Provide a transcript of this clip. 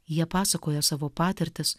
jie pasakoja savo patirtis